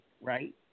right